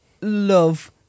love